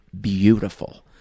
beautiful